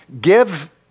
give